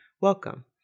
welcome